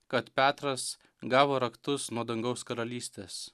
kad petras gavo raktus nuo dangaus karalystės